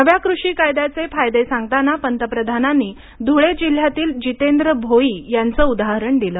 नव्या कृषी कायद्याचे फायदे सांगताना पंतप्रधानांनी धुळे जिल्ह्यातल्या जितेंद्र भोई यांचं उदाहरण दिलं